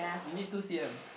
you need two c_m